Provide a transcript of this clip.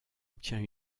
obtient